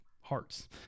hearts